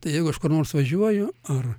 tai jeigu aš kur nors važiuoju ar